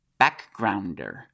Backgrounder